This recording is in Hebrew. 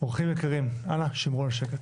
אורחים יקרים, אנא שמרו על שקט.